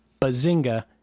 bazinga